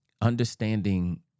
understanding